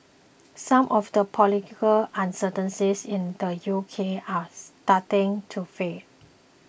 some of the political uncertainties in the U K are starting to fade